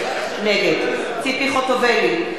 נגד ציפי חוטובלי,